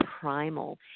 primal